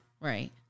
Right